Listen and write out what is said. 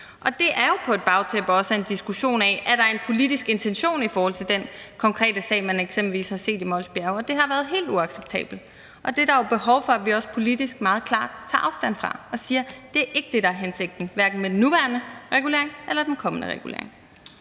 Og det er jo på et bagtæppe af en diskussion om, at der er en politisk intention i forhold til den konkrete sag, man eksempelvis har set i Mols Bjerge. Og det har været helt uacceptabelt, og det er der jo behov for at vi også politisk meget klart tager afstand fra og siger, at det ikke er det, der er hensigten, hverken med den nuværende regulering eller den kommende regulering.